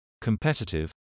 competitive